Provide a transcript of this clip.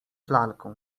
lalką